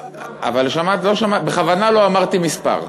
2.5% בכוונה לא אמרתי מספר,